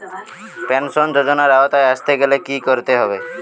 Pension যজোনার আওতায় আসতে গেলে কি করতে হবে?